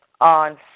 on